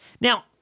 Now